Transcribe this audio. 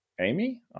Amy